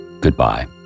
Goodbye